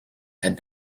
had